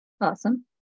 Awesome